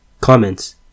Comments